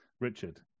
Richard